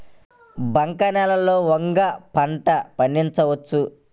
బంక నేలలో వంగ పంట పండించవచ్చా?